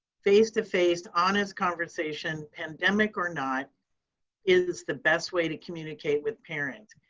face to face, honest conversation, pandemic or not is the best way to communicate with parents.